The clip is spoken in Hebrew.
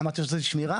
אמרתם שאתם רוצים שמירה,